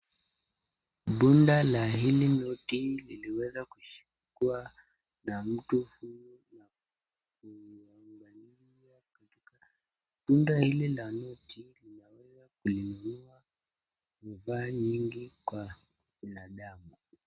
Bunda la hili noti limeweza kushikwa na mtu na kuangalia. Bunda hili la noti linaweza kuinunua vifaa nyingi kwa binadamu.